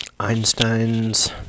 Einstein's